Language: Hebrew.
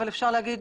אבל אפשר להגיד